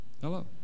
Hello